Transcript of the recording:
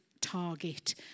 target